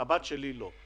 הבת שלי לא".